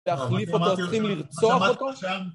תחליף אותו, צריכים לרצוח אותו